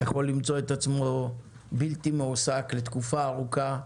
הוא יכול למצוא את עצמו בלתי מועסק לתקופה ארוכה,